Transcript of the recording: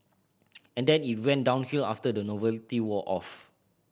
and then it went downhill after the novelty wore off